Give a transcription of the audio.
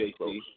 JC